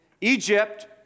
Egypt